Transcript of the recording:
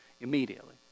immediately